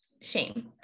shame